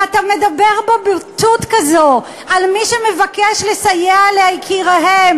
ואתה מדבר בבוטות כזאת על מי שמבקשים לסייע ליקיריהם